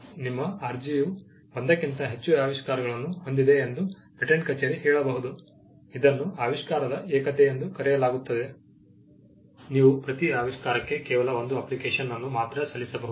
ನಿಮ್ಮ ಅರ್ಜಿಯು ಒಂದಕ್ಕಿಂತ ಹೆಚ್ಚು ಆವಿಷ್ಕಾರಗಳನ್ನು ಹೊಂದಿದೆ ಎಂದು ಪೇಟೆಂಟ್ ಕಚೇರಿ ಹೇಳಬಹುದು ಇದನ್ನು ಆವಿಷ್ಕಾರದ ಏಕತೆ ಎಂದು ಕರೆಯಲಾಗುತ್ತದೆ ನೀವು ಪ್ರತಿ ಆವಿಷ್ಕಾರಕ್ಕೆ ಕೇವಲ ಒಂದು ಅಪ್ಲಿಕೇಶನ್ ಅನ್ನು ಮಾತ್ರ ಸಲ್ಲಿಸಬಹುದು